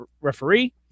referee